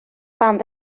band